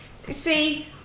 See